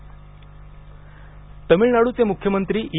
तमिळनाडू तमिळनाडूचे मुख्यमंत्री ई